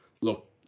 look